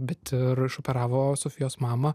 bet ir išoperavo sofijos mama